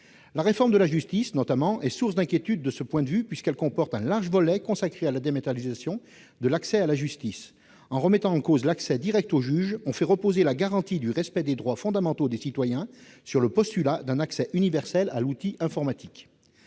La réforme de la justice, notamment, est une source d'inquiétude de ce point de vue, puisqu'elle comporte un large volet consacré à la dématérialisation de l'accès à la justice. En remettant en cause l'accès direct au juge, on fait reposer la garantie du respect des droits fondamentaux des citoyens sur le postulat d'un accès universel à l'outil informatique.